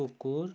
कुकुर